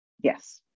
yes